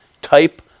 type